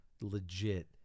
legit